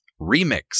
Remix